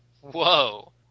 Whoa